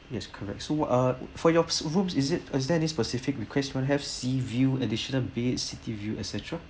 yes correct so uh for your room is it or is there any specific requests perhaps sea view additional beds city view etcetera